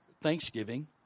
Thanksgiving